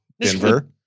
Denver